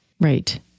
Right